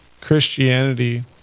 Christianity